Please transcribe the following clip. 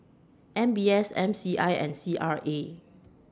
M B S M C I and C R A